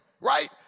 right